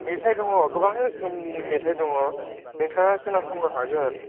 मेथाइ दङ गोबां रोखोमनि मेथाइ दङ नोंथाङा खोनासंनो हागोन